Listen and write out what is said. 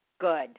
good